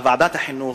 שהוגש לוועדת החינוך,